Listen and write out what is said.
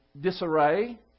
disarray